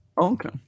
Okay